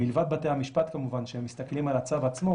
מלבד בתי המשפט שכמובן מסתכלים על הצו עצמו,